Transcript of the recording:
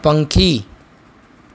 પંખી